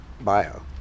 bio